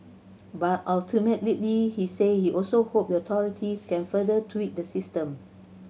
but ultimately he said he also hope the authorities can further tweak the system